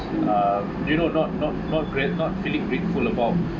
uh do you know not not not grate~ not feeling grateful about